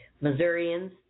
Missourians